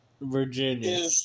Virginia